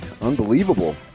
unbelievable